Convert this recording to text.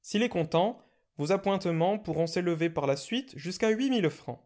s'il est content vos appointements pourront s'élever par la suite jusqu'à huit mille francs